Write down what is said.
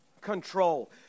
control